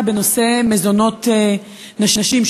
בנושא מזונות נשים,